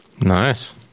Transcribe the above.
nice